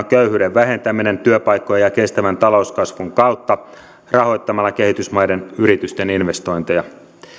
köyhyyden vähentäminen työpaikkojen ja kestävän talouskasvun kautta rahoittamalla kehitysmaiden yritysten investointeja